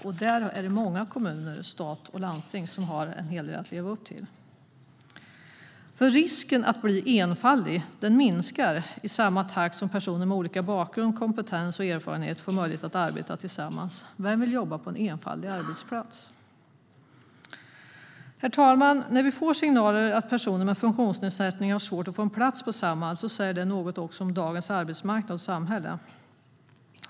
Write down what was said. Här är det många arbetsgivare inom kommuner, stat och landsting som har en hel del att leva upp till. Risken att bli enfaldig minskar i samma takt som personer med olika bakgrund, kompetens och erfarenheter får möjlighet att arbeta tillsammans. Vem vill jobba på en enfaldig arbetsplats? Herr talman! När vi får signaler om att personer med funktionsnedsättning har svårt att få en plats på Samhall säger det också något om dagens arbetsmarknad och samhälle.